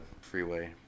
freeway